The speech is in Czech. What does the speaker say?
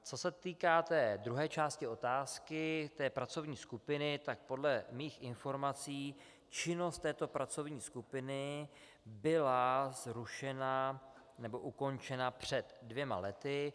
Co se týká druhé části otázky, té pracovní skupiny, tak podle mých informací činnost této pracovní skupiny byla zrušena nebo ukončena před dvěma lety.